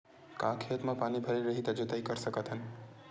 का खेत म पानी भरे रही त जोताई कर सकत हन?